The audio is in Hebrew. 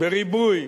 בריבוי